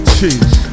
Cheese